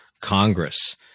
Congress